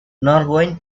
norwegian